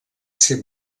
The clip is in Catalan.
ser